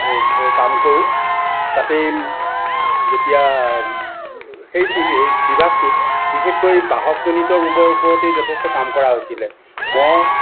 কাম কৰোঁ তাতেই যেতিয়া সেই বিভাগটোত বিশেষকৈ বাহকজনিত ৰোগৰ ওপৰতেই যথেষ্ট কাম কৰা হৈছিল মহ